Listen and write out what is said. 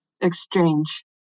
exchange